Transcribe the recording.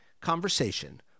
conversation